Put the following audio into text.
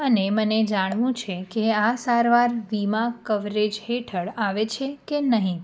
અને મને જાણવું છે કે આ સારવાર વીમા કવરેજ હેઠળ આવે છે કે નહીં